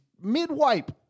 mid-wipe